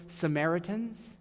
Samaritans